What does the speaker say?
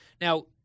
Now